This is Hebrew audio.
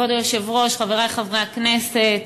כבוד היושב-ראש, חברי חברי הכנסת,